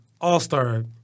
All-Star